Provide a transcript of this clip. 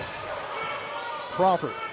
Crawford